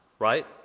right